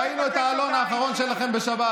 ראינו את העלון האחרון שלכם בשבת,